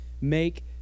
make